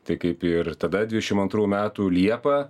tai kaip ir tada dvidešim antrų metų liepą